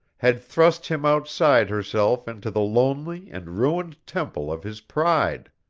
had thrust him outside herself into the lonely and ruined temple of his pride.